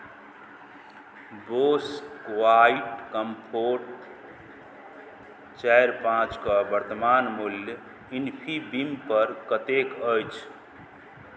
Bose quiet comfort चारि पाँचके वर्तमान मूल्य इन्फीबीमपर कतेक अछि